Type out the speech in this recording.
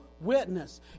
witness